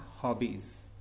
hobbies